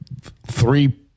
three